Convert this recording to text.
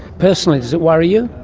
personally does it worry you?